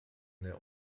der